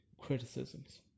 criticisms